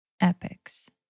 epics